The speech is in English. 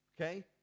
Okay